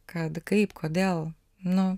kad kaip kodėl nu